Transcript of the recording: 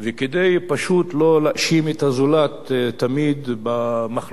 כדי שלא להאשים את הזולת תמיד בתחלואים,